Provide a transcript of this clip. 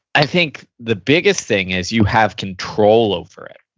i think the biggest thing is you have control over it.